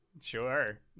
Sure